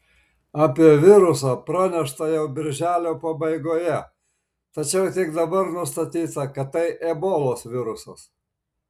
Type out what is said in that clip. apie virusą pranešta jau birželio pabaigoje tačiau tik dabar nustatyta kad tai ebolos virusas